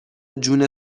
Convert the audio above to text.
جون